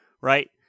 Right